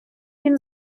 він